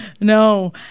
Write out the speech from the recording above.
No